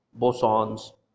bosons